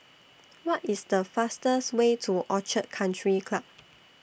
What IS The fastest Way to Orchid Country Club